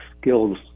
skills